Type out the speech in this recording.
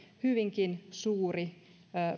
hyvinkin suuri